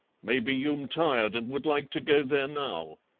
maybe you'm tired and would like to go there now.